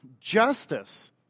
justice